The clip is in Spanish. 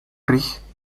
rich